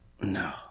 No